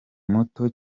muto